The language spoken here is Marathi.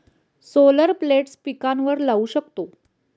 सोलर प्लेट्स पिकांवर लाऊ शकतो